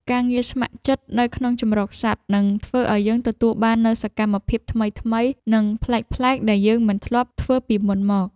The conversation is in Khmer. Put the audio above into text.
ការងារស្ម័គ្រចិត្តនៅក្នុងជម្រកសត្វ នឹងធ្វើឲ្យយើងទទួលបាននូវសកម្មភាពថ្វីៗ និងប្លែកៗដែលយើងមិនធ្លាប់ធ្វើពីមុនមក។